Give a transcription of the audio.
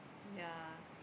ya